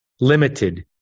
limited